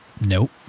nope